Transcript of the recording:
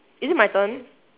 is it my turn